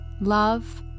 love